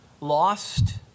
lost